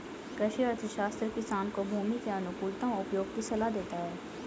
कृषि अर्थशास्त्र किसान को भूमि के अनुकूलतम उपयोग की सलाह देता है